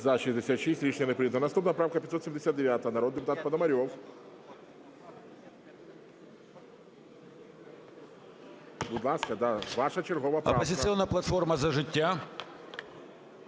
За-66 Рішення не прийнято. Наступна правка 579, народний депутат Пономарьов. Будь ласка, ваша чергова правка.